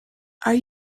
are